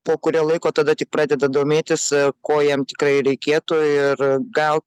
po kurio laiko tada tik pradeda domėtis ko jiem tikrai reikėtų ir gal